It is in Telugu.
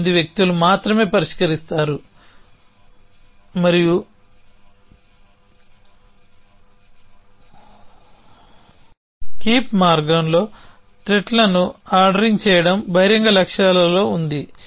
కొంతమంది వ్యక్తులు మాత్రమే పరిష్కరిస్తారు మరియు కీప్ మార్గంలో త్రెట్లను ఆర్డరింగ్ చేయడం బహిరంగ లక్ష్యాలలో ఉంది